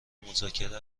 مذاکره